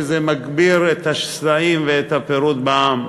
שזה מגביר את השסעים ואת הפירוד בעם,